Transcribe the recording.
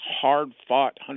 hard-fought